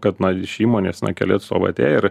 kad na iš įmonės na keli atstovai atėję ir